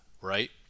right